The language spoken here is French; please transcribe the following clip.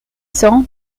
cents